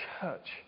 church